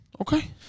Okay